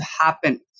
happen